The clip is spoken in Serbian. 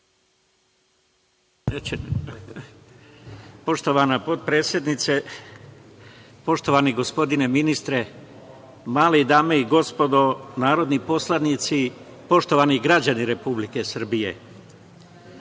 Poštovana potpredsednice, poštovani gospodine ministre Mali, dame i gospodo narodni poslanici, poštovani građani Republike Srbije,